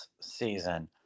season